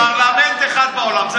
פרלמנט אחד בעולם.